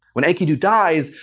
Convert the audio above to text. when enkidu dies,